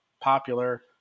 popular